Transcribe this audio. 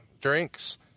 drinks